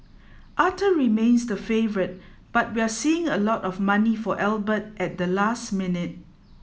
Arthur remains the favourite but we're seeing a lot of money for Albert at the last minute